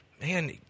man